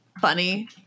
funny